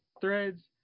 threads